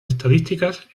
estadísticas